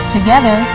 Together